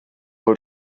wohl